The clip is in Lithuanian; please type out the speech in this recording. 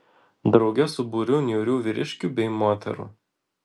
drauge su būriu niūrių vyriškių bei moterų